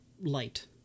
light